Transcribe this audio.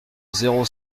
zéro